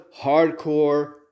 hardcore